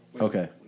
Okay